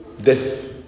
death